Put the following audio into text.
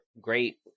great